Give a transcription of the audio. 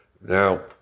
Now